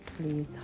please